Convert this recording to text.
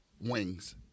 Wings